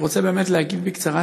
אני רוצה באמת להגיב בקצרה,